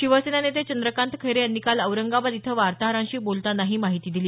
शिवसेना नेते चंद्रकांत खैरे यांनी काल औरंगाबाद इथं वार्ताहरांशी बोलतांना ही माहिती दिली